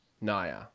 Naya